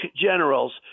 generals